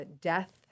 death